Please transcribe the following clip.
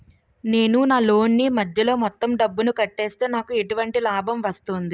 నేను నా లోన్ నీ మధ్యలో మొత్తం డబ్బును కట్టేస్తే నాకు ఎటువంటి లాభం వస్తుంది?